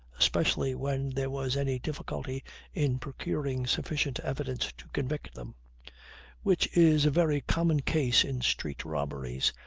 especially when there was any difficulty in procuring sufficient evidence to convict them which is a very common case in street-robberies,